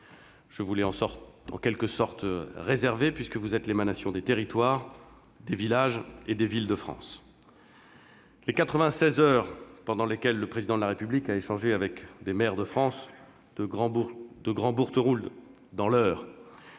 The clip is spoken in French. Je vous l'ai, en quelque sorte, réservé, puisque vous êtes l'émanation des territoires, des villages et des villes de France. Les quatre-vingt-seize heures pendant lesquelles le Président de la République a échangé avec des maires de France, de Grand-Bourgtheroulde, dans l'Eure,